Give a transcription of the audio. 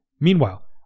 Meanwhile